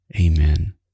amen